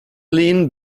lean